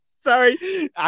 Sorry